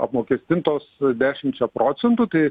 apmokestintos dešimčia procentų tai